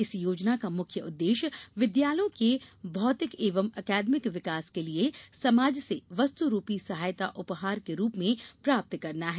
इस योजना का मुख्य उद्देश्य विद्यालयों के भौतिक एवं अकादमिक विकास के लिये समाज से वस्तुरूपी सहायता उपहार के रूप में प्राप्त करना है